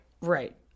Right